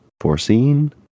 foreseen